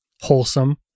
wholesome